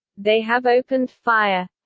they have opened fire.